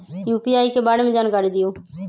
UPI के बारे में जानकारी दियौ?